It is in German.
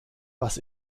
was